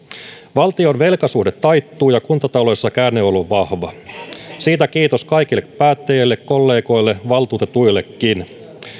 valtion velkasuhde taittuu ja kuntataloudessa käänne on ollut vahva siitä kiitos kaikille päättäjille kollegoille valtuutetuillekin